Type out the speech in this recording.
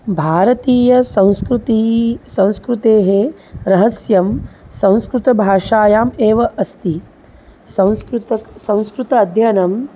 भारतीयसंस्कृतिः संस्कृतेः रहस्यं संस्कृतभाषायाम् एव अस्ति संस्कृतं संस्कृत अध्ययनं